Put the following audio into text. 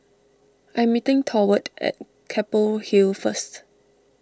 I'm meeting Thorwald at Keppel Hill first